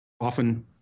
often